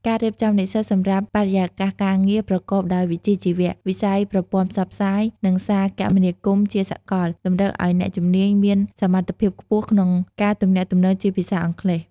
ការរៀបចំនិស្សិតសម្រាប់បរិយាកាសការងារប្រកបដោយវិជ្ជាជីវៈ: វិស័យប្រព័ន្ធផ្សព្វផ្សាយ និងសារគមនាគមន៍ជាសកល តម្រូវឱ្យអ្នកជំនាញមានសមត្ថភាពខ្ពស់ក្នុងការទំនាក់ទំនងជាភាសាអង់គ្លេស។